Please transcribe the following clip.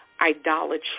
idolatry